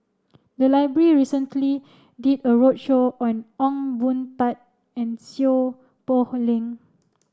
the library recently did a roadshow on Ong Boon Tat and Seow Poh Leng